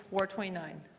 ward twenty nine.